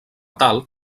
tal